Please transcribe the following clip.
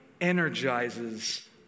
energizes